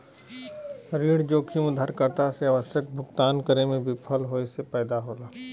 ऋण जोखिम उधारकर्ता से आवश्यक भुगतान करे में विफल होये से पैदा होला